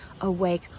awake